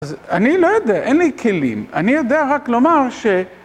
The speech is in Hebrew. אז אני לא יודע, אין לי כלים, אני יודע רק לומר ש...